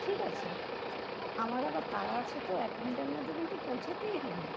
ঠিক আছে আমার আবার তাড়া আছে তো এক ঘন্টার মধ্যে কিন্তু পৌঁছাতেই হবে